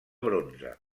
bronze